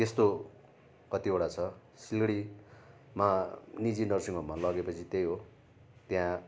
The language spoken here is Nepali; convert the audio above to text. त्यस्तो कतिवटा छ सिलगढीमा निजी नर्सिङ होममा लगेपछि त्यही हो त्यहाँ